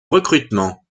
recrutement